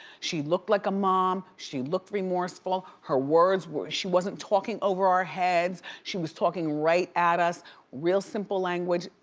she looked like a mom, she looked remorseful, her words were, she wasn't talking over our heads, she was talking right as, real simple language,